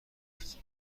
رفت